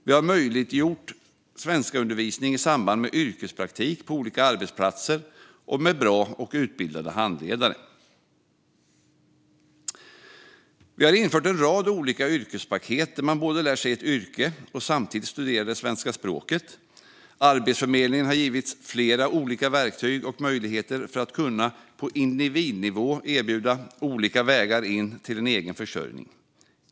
Vi har möjliggjort svenskundervisning i samband med yrkespraktik på olika arbetsplatser med bra och utbildade handledare. Vi har infört en rad olika yrkespaket där man både lär sig ett yrke och samtidigt studerar det svenska språket. Arbetsförmedlingen har givits flera olika verktyg och möjligheter för att på individnivå kunna erbjuda olika vägar in till en egen försörjning.